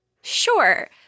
Sure